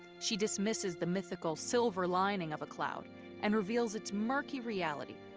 she dismisses the mythical silver lining of a cloud and reveals its murky reality,